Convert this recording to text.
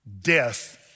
death